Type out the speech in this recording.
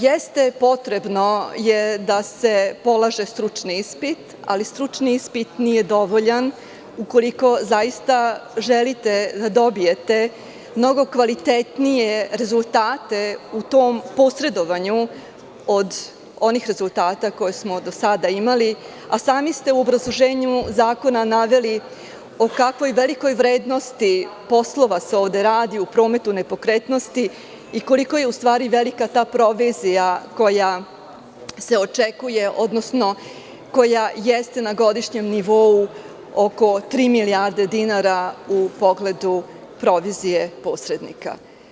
Jeste, potrebno je da se polaže stručni ispit, ali stručni ispit nije dovoljan ukoliko zaista želite da dobijete mnogo kvalitetnije rezultate u tom posredovanju od onih rezultata koje smo do sada imali, a sami ste u obrazloženju zakona naveli o kakvoj velikoj vrednosti poslova se ovde radi u prometu nepokretnosti i koliko je u stvari velika ta provizija koja se očekuje, odnosno koja jeste na godišnjem nivou oko tri milijarde dinara u pogledu provizije posrednika.